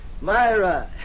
Myra